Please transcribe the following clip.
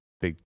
Big